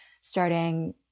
starting